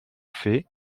fait